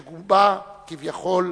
שגובה, כביכול,